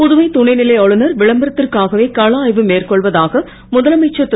புதுவை துணைநிலை ஆளுனர் விளம்பரத்திற்காகவே கள ஆய்வு மேற்கொள்வதாக திரு